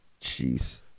Jeez